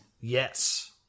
Yes